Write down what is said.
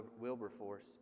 Wilberforce